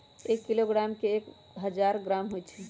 एक किलोग्राम में एक हजार ग्राम होई छई